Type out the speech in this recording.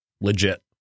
legit